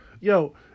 Yo